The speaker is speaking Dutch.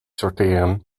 sorteren